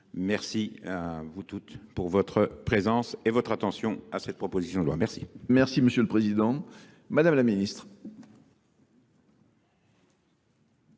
Merci vous toutes pour votre présence et votre attention à cette proposition de loi. Merci. loi. Merci. Merci Monsieur le Président. Madame la Ministre.